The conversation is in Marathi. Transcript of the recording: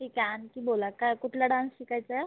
ठीक आहे आणखी बोला काय कुठला डान्स शिकायचा आहे